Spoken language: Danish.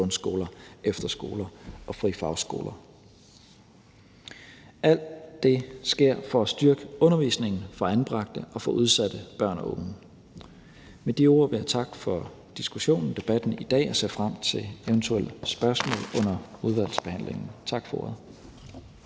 grundskoler, efterskoler og frie fagskoler. Alt det sker for at styrke undervisningen for anbragte og for udsatte børn og unge. Med de ord vil jeg takke for diskussionen, debatten, i dag, og jeg ser frem til eventuelle spørgsmål under udvalgsbehandlingen. Tak for ordet.